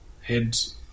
Heads